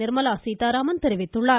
நிர்மலா சீத்தாராமன் தெரிவித்துள்ளார்